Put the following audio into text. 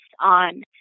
on